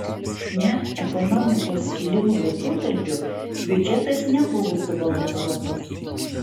net ekonomikos kilimo laikotarpiu biudžetas nebuvo subalansuotas